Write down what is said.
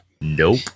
Nope